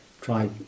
try